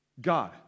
God